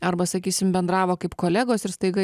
arba sakysim bendravo kaip kolegos ir staiga